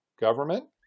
government